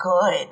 good